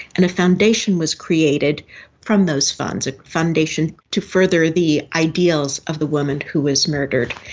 and a foundation was created from those funds, a foundation to further the ideals of the woman who was murdered.